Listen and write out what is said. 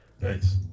nice